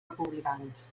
republicans